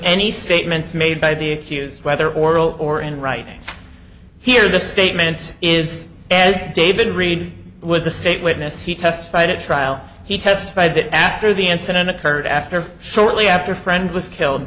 any statements made by the accused whether oral or in writing here the statement is as david read was a state witness he testified at trial he testified that after the incident occurred after shortly after a friend was killed